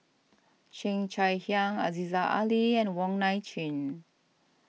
Cheo Chai Hiang Aziza Ali and Wong Nai Chin